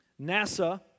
NASA